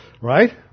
Right